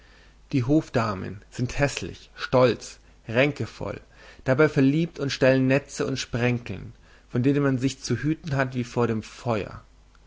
die hofdamen sind häßlich stolz ränkevoll dabei verliebt und stellen netze und sprenkeln vor denen man sich zu hüten hat wie vor dem feuer